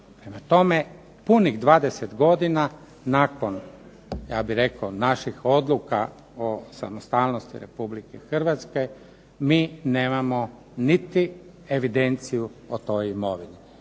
Prema tome punih 20 godina nakon, ja bih rekao, naših odluka o samostalnosti RH mi nemamo niti evidenciju o toj imovini.